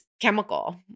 chemical